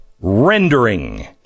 Rendering